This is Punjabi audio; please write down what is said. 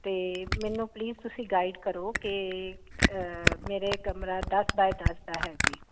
ਅਤੇ ਮੈਨੂੰ ਪਲੀਜ਼ ਤੁਸੀਂ ਗਾਈਡ ਕਰੋ ਕਿ ਮੇਰੇ ਕਮਰਾ ਦਸ ਬਾਏ ਦਸ ਦਾ ਹੈ ਜੀ